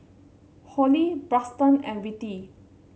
Holli Braxton and Rettie